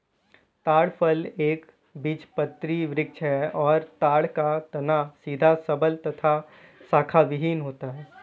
ताड़ फल एक बीजपत्री वृक्ष है और ताड़ का तना सीधा सबल तथा शाखाविहिन होता है